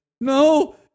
no